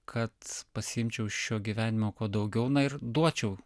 kad pasiimčiau iš šio gyvenimo kuo daugiau na ir duočiau